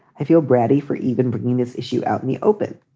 i feel bratty for even bringing this issue out in the open.